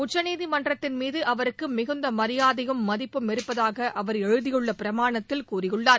உச்சநீதிமன்றத்தின் மீது அவருக்கு மிகுந்த மரியாதையும் மதிப்பும் இருப்பதாக அவர் எழுதியுள்ள பிரமாணத்தில் கூறியுள்ளார்